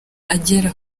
agera